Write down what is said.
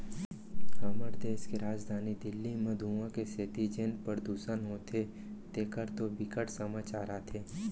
हमर देस के राजधानी दिल्ली म धुंआ के सेती जेन परदूसन होथे तेखर तो बिकट समाचार आथे